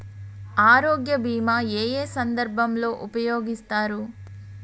ఆరోగ్య బీమా ఏ ఏ సందర్భంలో ఉపయోగిస్తారు?